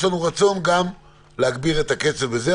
יש לנו גם רצון להגביר את הקצב בזה,